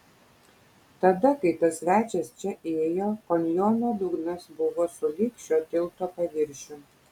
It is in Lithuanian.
tada kai tas svečias čia ėjo kanjono dugnas buvo sulig šio tilto paviršium